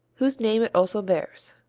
whose name it also bears.